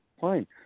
fine